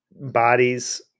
bodies